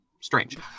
Strange